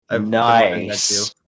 Nice